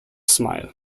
smile